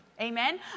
Amen